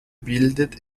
bildet